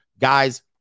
guys